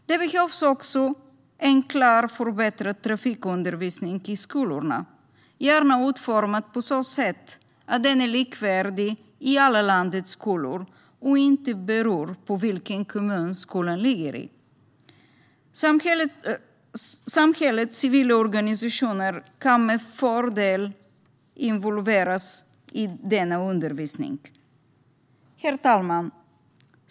Det behövs också en klart förbättrad trafikundervisning i skolorna, gärna utformad på så sätt att den är likvärdig i alla landets skolor och inte beror på vilken kommun skolan ligger i. Samhällets civila organisationer kan med fördel involveras i denna undervisning. Herr talman!